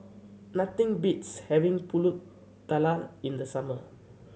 nothing beats having Pulut Tatal in the summer